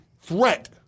threat